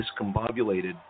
discombobulated